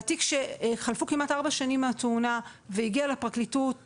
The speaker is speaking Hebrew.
והתיק שחלפו כמעט ארבע שנים מהתאונה והגיע לפרקליטות